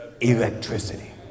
electricity